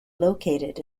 located